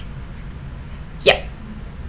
yup